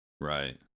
right